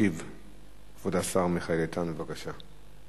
ישיב כבוד השר מיכאל איתן, בבקשה.